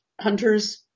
hunters